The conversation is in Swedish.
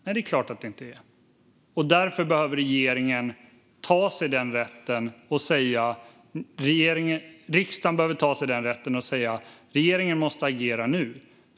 Nej, det är klart att det inte är. Därför behöver riksdagen ta sig rätten att säga att regeringen måste agera nu.